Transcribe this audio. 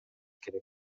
керек